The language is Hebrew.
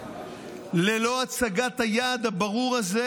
ללא הצגת היעד הברור הזה